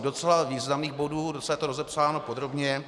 Docela významných bodů, docela je to rozepsáno podrobně.